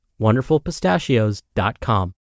WonderfulPistachios.com